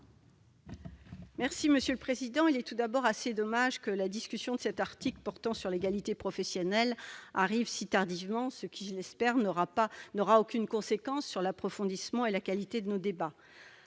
Cohen, sur l'article. Il est dommage que la discussion sur cet article portant sur l'égalité professionnelle arrive si tardivement, ce qui, je l'espère, n'aura aucune conséquence sur l'approfondissement et la qualité de nos débats.